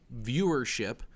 viewership